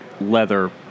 leather